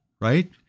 right